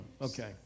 Okay